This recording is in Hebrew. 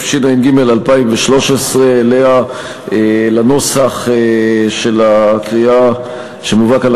התשע"ג 2013. לנוסח של הקריאה שמובא כאן